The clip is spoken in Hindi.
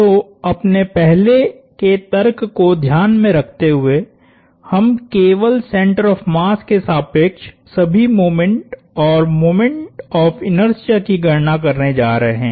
तो अपने पहले के तर्क को ध्यान में रखते हुए हम केवल सेंटर ऑफ़ मास के सापेक्ष सभी मोमेंट और मोमेंट ऑफ़ इनर्शिया की गणना करने जा रहे हैं